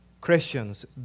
Christians